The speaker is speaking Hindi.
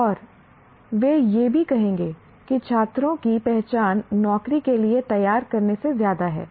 और वे यह भी कहेंगे कि छात्रों की पहचान नौकरी के लिए तैयार करने से ज्यादा है